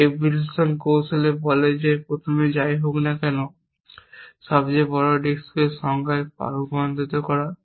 এবং বিশ্লেষণ কৌশল বলে যে প্রথমে যাই হোক না কেন সবচেয়ে বড় ডিস্ককে সংজ্ঞায় স্থানান্তর করা হয়